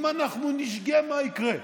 אז אם אנחנו נשגה מה יקרה?